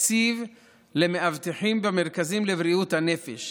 התקציב למאבטחים במרכזים לבריאות הנפש.